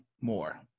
more